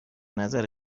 نظر